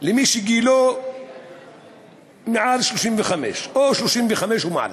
למי שגילו מעל 35, או 35 ומעלה.